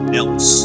else